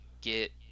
get